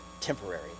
temporary